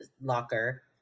locker